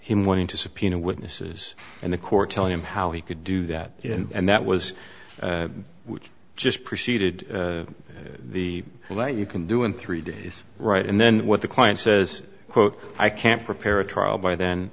him wanting to subpoena witnesses and the court telling him how he could do that and that was just preceded the what you can do in three days right and then what the client says quote i can't prepare a trial by then